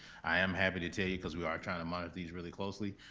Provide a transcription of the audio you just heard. i am happy to tell you, cause we are trying to monitor these really closely,